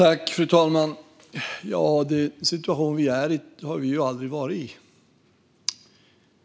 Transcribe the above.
Fru talman! Den situation vi befinner oss i har vi aldrig varit i.